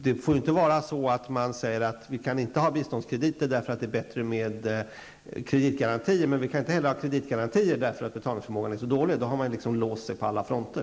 Det får ju inte vara så att man säger att man inte kan ge biståndskrediter därför att det är bättre med kreditgarantier, men inte heller kan ge kreditgarantier, eftersom betalningsförmågan är så dålig. Då har man låst sig på alla fronter.